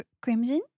Crimson